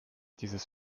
dieses